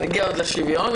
נגיע עוד לשוויון.